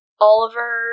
Oliver